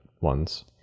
ones